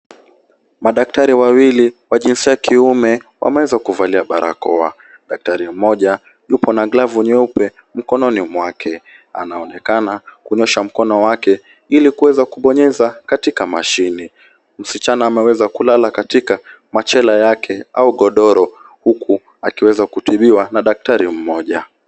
Madaktari wawili, wa jinsia ya kiume, wameweza kuvalia barakoa. Daktari mmoja yupo na glavu nyeupe mkononi mwake anaonekana kunyosha mkono wake ili kuweza kubonyeza katika mashini . Msichana ameweza kulala katika machela yake au godoro huku akiweza kutibiwa na daktari mmoja.